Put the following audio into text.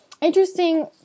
interesting